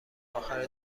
اخر